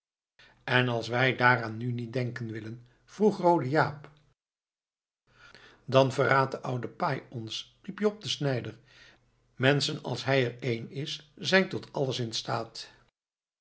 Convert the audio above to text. en als wij daaraan nu niet denken willen vroeg roode jaap dan verraadt de oude paai ons riep jop de snijder menschen als hij er een is zijn tot alles instaat